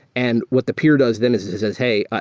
and what the peer does then is it says, hey,